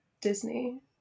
Disney